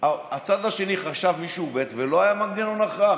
הצד השני חשב מישהו ב', ולא היה מנגנון הכרעה.